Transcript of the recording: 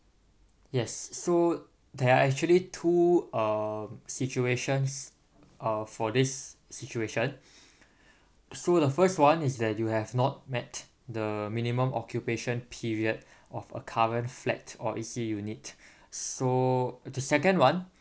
yes so there are actually two uh situations uh for this situation so the first one is that you have not met the minimum occupation period of a current flat or E_C unit so the second one